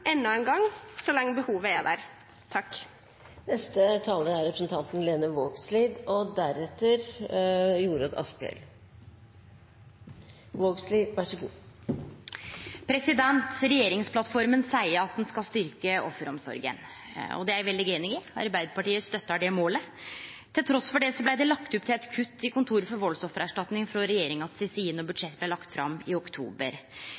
så lenge behovet er der. Regjeringsplattforma seier at ein skal styrkje offeromsorga, og det er eg veldig einig i. Arbeidarpartiet støttar det målet. Trass i det blei det lagt opp til eit kutt i drifta til Kontoret for valdsoffererstatning frå regjeringa si side då budsjettet blei lagt fram i oktober.